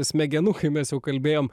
smegenų kaip mes jau kalbėjom